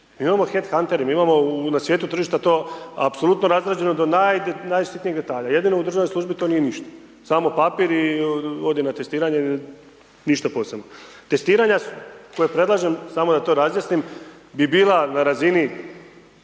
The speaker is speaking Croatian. imamo head hunting, mi imamo na svijetu tržišta to apsolutno razrađeno do najsitnijeg detalja jedino u državnoj službi to nije ništa, samo papir i odi na testiranje i ništa posebno. Testiranja koje predlažem, samo da to razjasnim bi bila na razini,